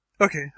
Okay